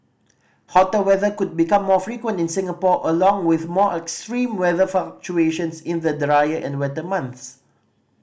hotter weather could become more frequent in Singapore along with more extreme weather fluctuations in the drier and wetter months